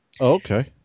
Okay